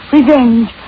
Revenge